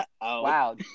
Wow